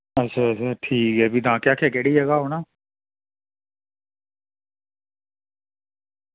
अच्छा ठीक ऐ तां केह् आक्खदे केह्ड़ी जगह औना